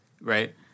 right